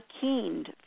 keened